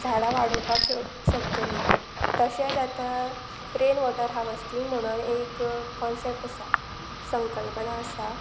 झाडां वाडोवपाक शक शकतलीं तशेंच आतां रेन वॉटर हार्वस्टींग म्हणून एक कॉन्सेप्ट आसा संकल्पना आसा